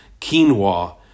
quinoa